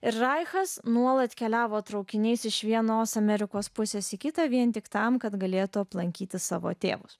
ir šachas nuolat keliavo traukiniais iš vienos amerikos pusės į kitą vien tik tam kad galėtų aplankyti savo tėvus